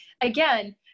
again